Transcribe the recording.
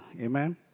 Amen